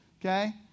okay